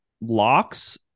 locks